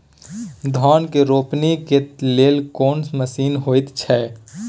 धान के रोपनी के लेल कोन मसीन होयत छै?